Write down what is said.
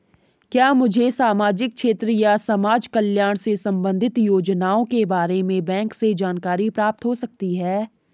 क्या मुझे सामाजिक क्षेत्र या समाजकल्याण से संबंधित योजनाओं के बारे में बैंक से जानकारी प्राप्त हो सकती है?